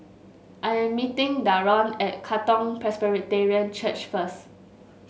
I am meeting Daron at Katong Presbyterian Church first